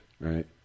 right